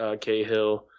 Cahill